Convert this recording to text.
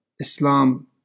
Islam